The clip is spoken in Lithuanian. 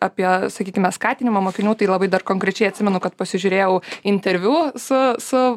apie sakykime skatinimą mokinių tai labai dar konkrečiai atsimenu kad pasižiūrėjau interviu su su